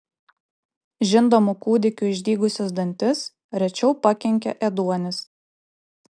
žindomų kūdikių išdygusius dantis rečiau pakenkia ėduonis